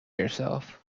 yourself